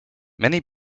many